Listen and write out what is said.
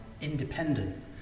independent